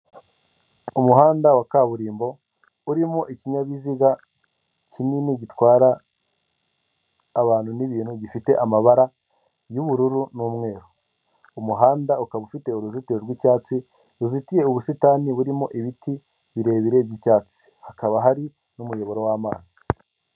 Umuhanda wa kaburimbo urimo ikinyabiziga kinini gitwara abantu n'ibintu gifite amabara y'ubururu n'umweru, umuhanda ukaba ufite uruzitiro rw'icyatsi ruzitiye ubusitani burimo ibiti birebire by'icyatsi, hakaba hari n'umuyoboro w'amazi.